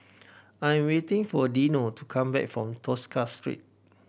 I'm waiting for Dino to come back from Tosca Street